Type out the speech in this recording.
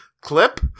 Clip